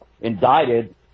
indicted